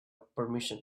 permission